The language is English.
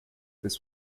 this